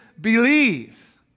believe